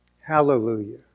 Hallelujah